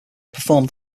performed